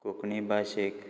कोंकणी भाशेक